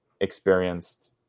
experienced